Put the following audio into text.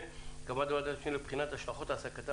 הנושא: הקמת ועדות משנה ארבע במספר.